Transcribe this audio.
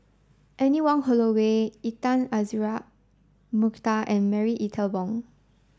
Anne Wong Holloway Intan Azura Mokhtar and Marie Ethel Bong